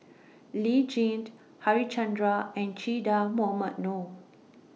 Lee Tjin Harichandra and Che Dah Mohamed Noor